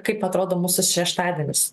kaip atrodo mūsų šeštadienis